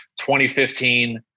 2015